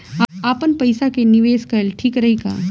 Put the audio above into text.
आपनपईसा के निवेस कईल ठीक रही का?